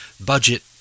budget